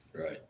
right